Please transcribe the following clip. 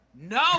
No